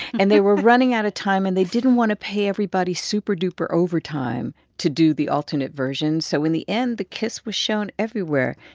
and they were running out of time, and they didn't want to pay everybody superduper overtime to do the alternate version. so in the end, the kiss was shown everywhere,